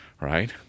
right